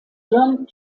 john